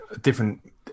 different